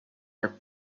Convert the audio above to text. are